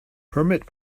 permit